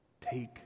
Take